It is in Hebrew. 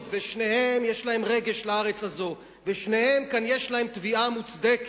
ושניהם יש להם רגש לארץ הזאת ושניהם יש להם תביעה מוצדקת.